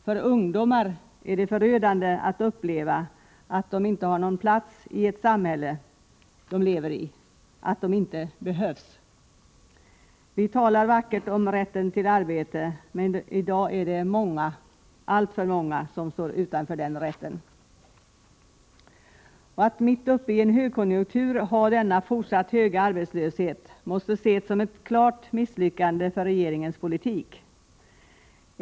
För ungdomar är det förödande att uppleva att de inte har någon plats i det samhälle de lever i, att de inte behövs. Vi talar vackert om rätten till arbete men i dag är det många, alltför många som star utanför den rätten. Att mitt uppe i en högkonjunktur ha denna fortsatt hö a arbetslöshet måste ses som ett klart misslyckande för regeringens politik.